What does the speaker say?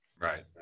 Right